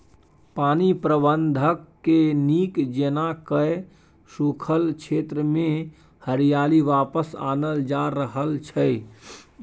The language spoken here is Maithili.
पानि प्रबंधनकेँ नीक जेना कए सूखल क्षेत्रमे हरियाली वापस आनल जा रहल छै